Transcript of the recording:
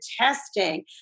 testing